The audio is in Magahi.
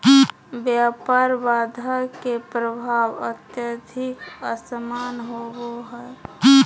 व्यापार बाधा के प्रभाव अत्यधिक असमान होबो हइ